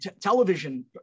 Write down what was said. television